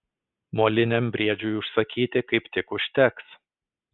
moliniam briedžiui užsakyti kaip tik užteks